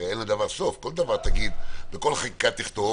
כי הרי אין לדבר הסוף בכל חקיקה תכתוב